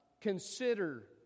Consider